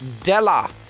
Della